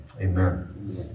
Amen